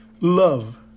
love